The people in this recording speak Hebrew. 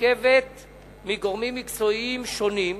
המורכבת מגורמים מקצועיים שונים,